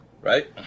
right